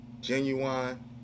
Genuine